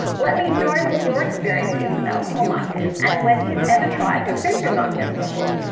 let me know what your experience is with alcohol markers and whether you've ever tried ohuhu markers before.